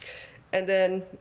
and then,